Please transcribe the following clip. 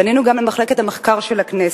פנינו גם למחלקת המחקר של הכנסת,